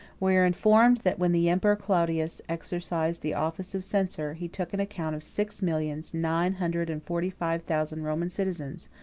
we are informed, that when the emperor claudius exercised the office of censor, he took an account of six millions nine hundred and forty-five thousand roman citizens,